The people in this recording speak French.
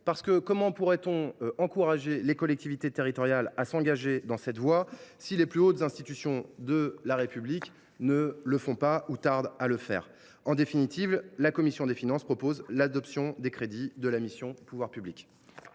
fait, comment pourrait on encourager les collectivités territoriales à s’engager dans cette voie si les plus hautes institutions de la République ne le font pas ou tardent à le faire ? En tout état de cause, la commission des finances vous propose d’adopter les crédits de la mission « Pouvoirs publics